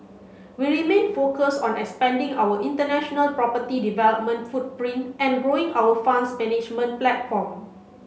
we remain focused on expanding our international property development footprint and growing our funds management platform